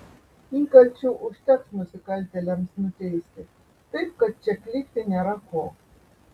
įkalčių užteks nusikaltėliams nuteisti taip kad čia klykti nėra ko